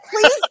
please